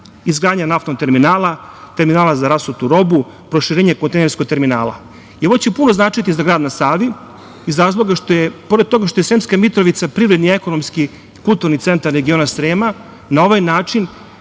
izgradnja naftnog terminala, terminala za rasutu robu, proširenje kontejnerskog terminala. Ovo će puno značiti za grad na Savi iz razloga što je Sremska Mitrovica privredni, ekonomski i kulturni centar regiona Srema, na ovaj način